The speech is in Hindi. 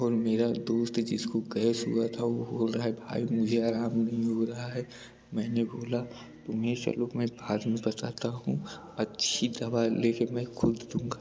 और मेरा दोस्त जिसको गएस हुआ था वो बोल रहा है भाई मुझे आराम नहीं हो रहा है मैंने बोला तुम्हें चलो मैं बाद में बताता हूँ अच्छी दवा ले के मैं खुद दूँगा